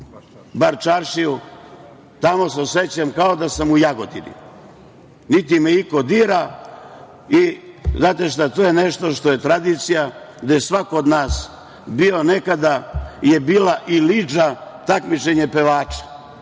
Baščaršiju. Tamo se osećam kao da sam u Jagodini, niti me iko dira. Znate, to je nešto što je tradicija, gde je svako od nas bio nekada je bila Ilidža, takmičenje pevača.